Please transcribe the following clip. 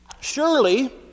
Surely